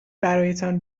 برایتان